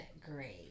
great